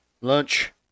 lunch